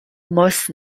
moss